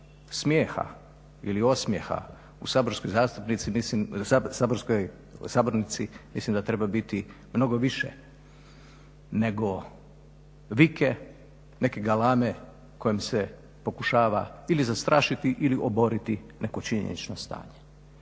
smijeha ili osmijeha u sabornici mislim da treba biti mnogo više nego vike, neke galame kojom se pokušava ili zastrašiti ili oboriti neko činjenično stanje.